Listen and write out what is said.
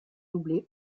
doublée